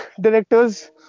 directors